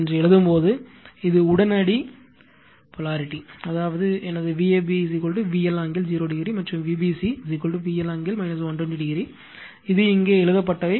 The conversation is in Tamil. என்று எழுதும் போது இது உடனடி துருவமுனைப்பு அதாவது எனது Vab விஎல் ஆங்கிள் 0 o மற்றும் விபிசி விஎல் ஆங்கிள் 120 o இது இங்கே எழுதப்பட்டவை